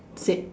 same